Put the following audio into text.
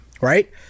right